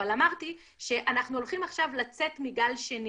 אבל אמרתי שאנחנו הולכים עכשיו לצאת מגל השני